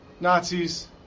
Nazis